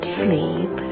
sleep